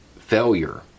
failure